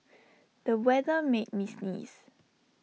the weather made me sneeze